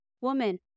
Woman